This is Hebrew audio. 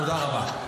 תודה רבה.